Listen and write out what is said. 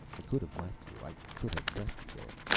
i could have left you. i could have left you there.